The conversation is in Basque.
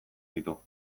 ditu